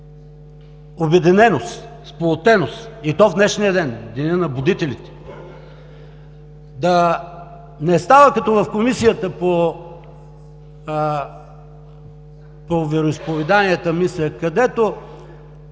обединеност, сплотеност, и то в днешния ден – Деня на будителите. Да не става като в Комисията по вероизповеданията, където